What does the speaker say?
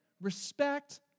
respect